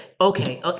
okay